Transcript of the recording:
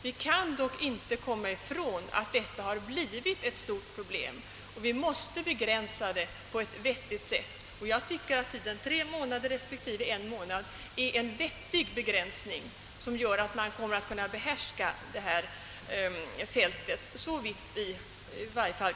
Vi kan dock inte komma ifrån, att på detta område har uppstått ett stort problem, som vi måste bemästra på ett vettigt sätt. Jag anser att tre månader respektive en månad är en vettig tidsbegränsning som gör det möjligt att behärska detta fält, åtminstone såvitt vi nu kan bedöma.